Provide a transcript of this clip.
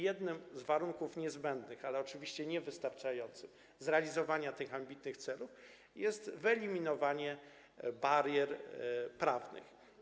Jednym z niezbędnych warunków, ale oczywiście niewystarczającym, zrealizowania tych ambitnych celów jest wyeliminowanie barier prawnych.